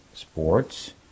sports